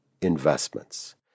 investments